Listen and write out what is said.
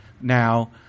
now